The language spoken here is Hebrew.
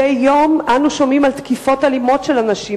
מדי יום אנו שומעים על תקיפות אלימות של אנשים,